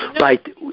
Right